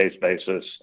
basis